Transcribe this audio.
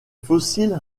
fossiles